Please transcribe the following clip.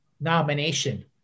nomination